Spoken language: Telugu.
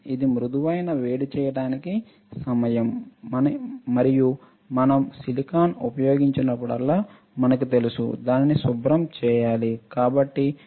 ఇది మృదువైన వేడి చేయడానికి సమయం మరియు మనం సిలికాన్ ఉపయోగించినప్పుడల్లా మనకు తెలుసు దానిని శుభ్రం చేయాలి